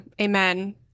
Amen